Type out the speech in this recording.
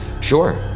Sure